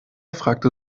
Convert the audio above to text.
fragte